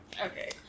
Okay